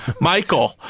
Michael